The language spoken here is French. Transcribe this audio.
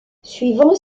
suivant